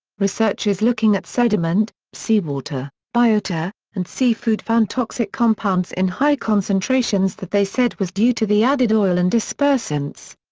researchers looking at sediment, seawater, biota, and seafood found toxic compounds in high concentrations that they said was due to the added oil and dispersants.